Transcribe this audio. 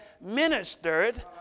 ministered